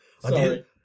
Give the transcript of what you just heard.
sorry